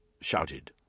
shouted